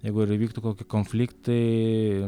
jeigu ir įvyktų koki konfliktai